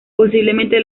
posiblemente